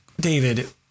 David